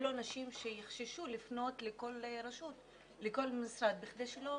אלו אנשים שיחששו לפנות לכל משרד בכדי שלא